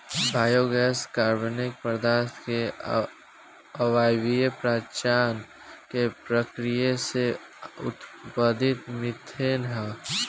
biogas कार्बनिक पदार्थ के अवायवीय पाचन के प्रक्रिया से उत्पादित मिथेन ह